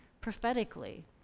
prophetically